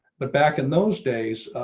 but back in those days.